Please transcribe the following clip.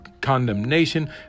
condemnation